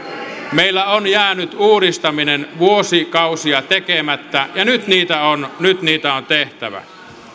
meillä on jäänyt uudistaminen vuosikausia tekemättä ja nyt sitä on tehtävä